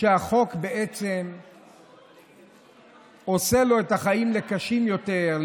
שהחוק בעצם עושה לו את החיים לקשים יותר,